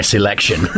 election